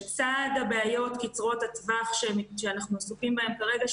לצד הבעיות קצרות הטווח שאנחנו עסוקים בהן כרגע,